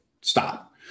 stop